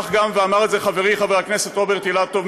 ואמר את זה חברי חבר הכנסת רוברט אילטוב,